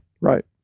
Right